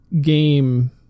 game